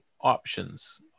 options